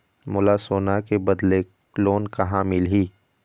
मोला सोना के बदले लोन कहां मिलही?